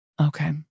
Okay